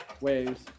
waves